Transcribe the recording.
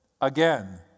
Again